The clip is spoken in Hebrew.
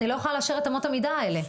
אני לא יכולה לאשר את אמות המידה האלה.